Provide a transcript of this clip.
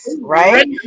right